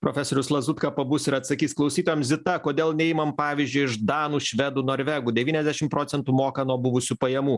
profesorius lazutka pabus ir atsakys klausytojam zita kodėl neimam pavyzdžiui iš danų švedų norvegų devyniasdešim procentų moka nuo buvusių pajamų